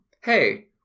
Hey